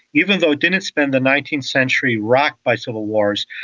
even though it didn't spend the nineteenth century rocked by civil wars,